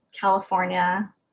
California